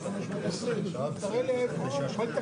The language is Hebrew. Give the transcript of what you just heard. תודה רבה, אנחנו ממשיכים.